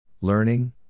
learning